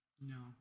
No